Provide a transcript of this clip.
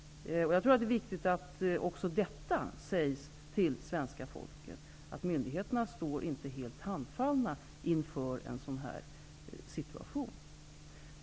Jag tror att det är viktigt att också detta sägs till svenska folket. Myndigheterna står alltså inte helt handfallna inför en sådan här situation.